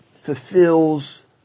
fulfills